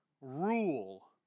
Rule